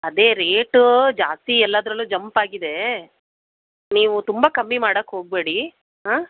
ಅದೇ ರೇಟು ಜಾಸ್ತಿ ಎಲ್ಲದ್ರಲ್ಲೂ ಜಂಪ್ ಆಗಿದೆ ನೀವು ತುಂಬ ಕಮ್ಮಿ ಮಾಡಕ್ಕೆ ಹೋಗಬೇಡಿ ಆಂ